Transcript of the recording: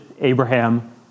Abraham